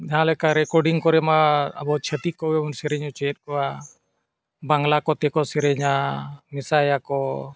ᱡᱟᱦᱟᱸ ᱞᱮᱠᱟ ᱨᱮᱠᱚᱨᱰᱤᱝ ᱠᱚᱨᱮᱼᱢᱟ ᱟᱵᱚ ᱪᱷᱟᱹᱛᱤᱠ ᱠᱚᱜᱮᱵᱚᱱ ᱥᱮᱨᱮᱧ ᱚᱪᱚᱭᱮᱫ ᱠᱚᱣᱟ ᱵᱟᱝᱞᱟ ᱠᱚᱛᱮ ᱠᱚ ᱥᱮᱨᱮᱧᱟ ᱢᱮᱥᱟᱭᱟᱠᱚ